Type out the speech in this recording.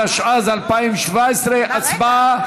התשע"ז 2017. הצבעה.